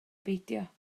beidio